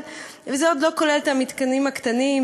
וזה עוד לא כולל את המתקנים הקטנים,